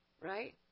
right